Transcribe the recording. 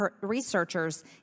researchers